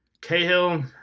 Cahill